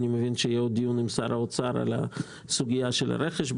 אני מבין שיהיה עוד דיון בקרוב עם שר האוצר על סוגיית הרכש.